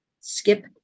Skip